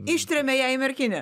ištrėmė ją į merkinę